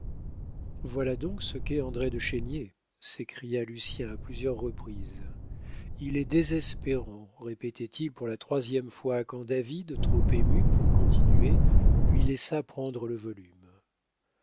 voilà donc ce qu'est andré de chénier s'écria lucien à plusieurs reprises il est désespérant répétait-il pour la troisième fois quand david trop ému pour continuer lui laissa prendre le volume